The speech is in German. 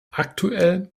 aktuell